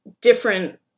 different